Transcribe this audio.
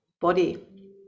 body